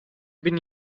bin